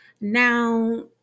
Now